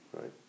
right